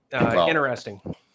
interesting